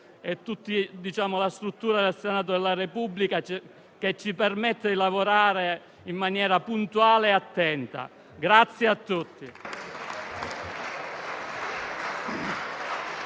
la struttura del Senato della Repubblica che ci permette di lavorare in maniera puntuale e attenta.